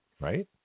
Right